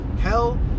hell